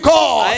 God